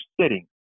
sitting